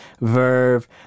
Verve